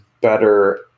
better